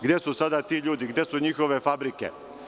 Gde su sada ti ljudi, gde su sada njihove fabrike?